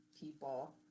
people